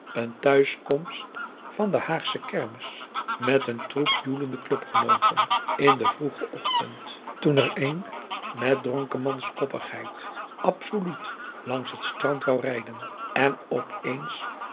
een thuiskomst van de haagsche kermis met een troep joelende clubgenooten in den vroegen ochtend toen er een met dronkemans koppigheid absoluut langs het strand wou rijden en opeens